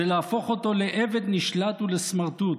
זה להפוך אותו לעבד נשלט ולסמרטוט.